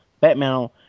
Batman